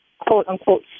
quote-unquote